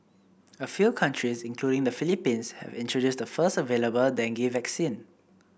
a few countries including the Philippines have introduced the first available dengue vaccine